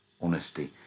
honesty